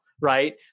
right